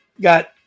got